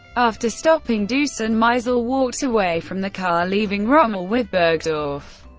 after stopping, doose and maisel walked away from the car, leaving rommel with burgdorf.